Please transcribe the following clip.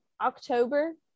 October